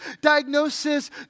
diagnosis